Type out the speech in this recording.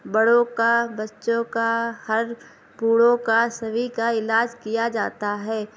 بڑوں کا بچوں کا ہر بوڑھوں کا سبھی کا علاج کیا جاتا ہے